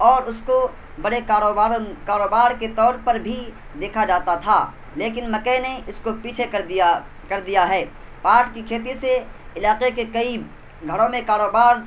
اور اس کو بڑے کاروبار کے طور پر بھی دیکھا جاتا تھا لیکن مکئی نے اس کو پیچھے کر دیا کر دیا ہے پاٹ کی کھیتی سے علاقے کے کئی گھروں میں کاروبار